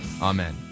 Amen